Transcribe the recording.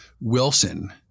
Wilson